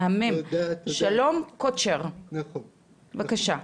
שלום קוטשר, בבקשה.